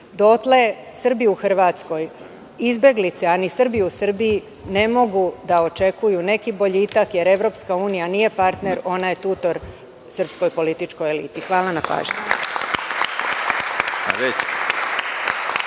dotle Srbi u Hrvatskoj, izbeglice, a ni Srbi u Srbiji ne mogu da očekuju neki boljitak, jer EU nije partner, ona je tutor srpskoj političkoj eliti. Hvala.